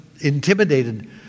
intimidated